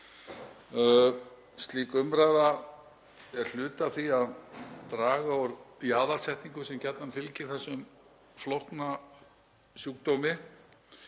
Slík umræða er hluti af því að draga úr jaðarsetningu, sem gjarnan fylgir þessum flókna sjúkdómi,